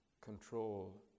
control